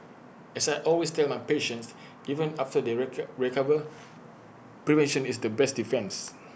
as I always tell my patients even after they recover prevention is the best defence